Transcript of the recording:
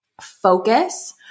focus